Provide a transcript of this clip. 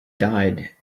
died